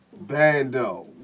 Bando